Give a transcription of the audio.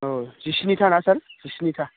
औ जिस्निथा ना सार जिस्निथा